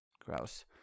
Gross